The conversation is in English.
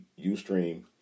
Ustream